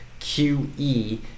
QE